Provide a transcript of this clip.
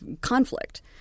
conflict